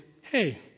hey